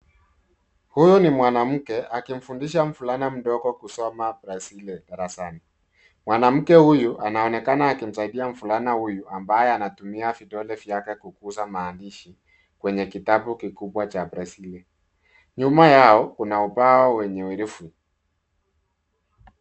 Huyu ni mwanake akimfundishwa mvulana mdogo kusoma braille darasani. Mwanamke huyu anaonekana akimsaidia mvulana huyu ambaye anatumia vidole vyake kugusa maandishi kwenye kitabu kikubwa cha braille . Nyuma yao, kuna ubao wenye herufi.